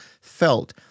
felt